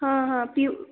हां हां पिऊ